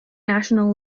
national